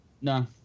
no